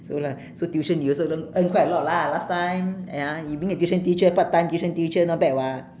so la~ so tuition you also learn earn quite a lot lah last time ya you being a tuition teacher part time tuition teacher not bad [what]